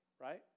Right